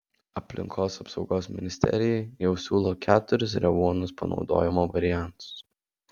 aplinkos apsaugos ministerijai jau siūlo keturis revuonos panaudojimo variantus